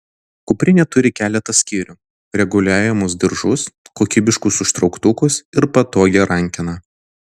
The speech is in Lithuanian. kuprinė turi keletą skyrių reguliuojamus diržus kokybiškus užtrauktukus ir patogią rankeną